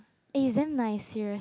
eh it's damn nice serious